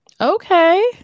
Okay